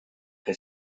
que